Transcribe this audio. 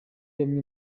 bamwe